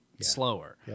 slower